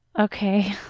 Okay